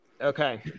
Okay